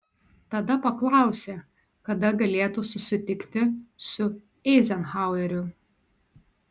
tada paklausė kada galėtų susitikti su eizenhaueriu